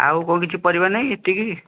ଆଉ କେଉଁ କିଛି ପରିବା ନାଇଁ କି ଏତିକି